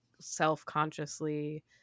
self-consciously